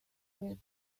was